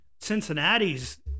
Cincinnati's